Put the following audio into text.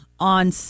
On